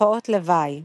תופעות לוואי